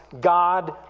God